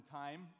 time